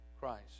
Christ